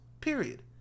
period